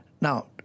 Now